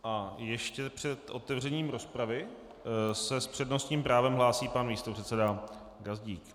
A ještě před otevřením rozpravy se s přednostním právem hlásí pan místopředseda Gazdík.